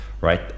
Right